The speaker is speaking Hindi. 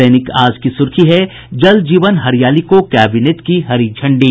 दैनिक आज की सुर्खी है जल जीवन हरियाली को कैबिनेट की हरी झंडी